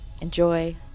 Enjoy